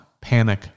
Panic